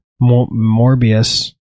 Morbius